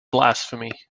blasphemy